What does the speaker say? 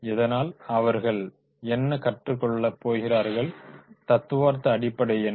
இதனால் அவர்கள் என்ன கற்றுக் கொள்ளப்போகிறார்கள்தத்துவார்த்த அடிப்படை என்ன